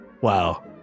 Wow